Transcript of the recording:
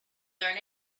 learn